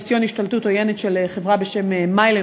ניסיון השתלטות עוינת של חברה בשם "מיילן",